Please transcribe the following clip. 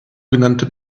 genannte